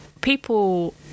People